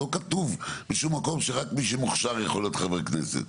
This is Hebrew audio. לא כתוב בשום מקום שרק מי שמוכשר יכול להיות חבר כנסת,